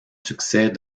succès